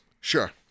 Sure